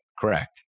correct